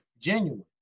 Genuine